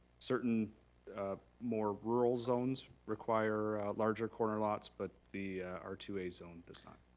certain more rural zones require larger corner lots, but the r two a zone does not.